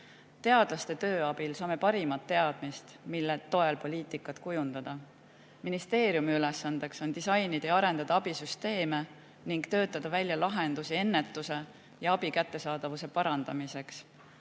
Teadlaste töö abil saame parimat teadmist, mille toel poliitikat kujundada. Ministeeriumi ülesanne on disainida ja arendada abisüsteeme ning töötada välja lahendusi ennetuse ja abi kättesaadavuse parandamiseks.